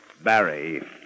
Barry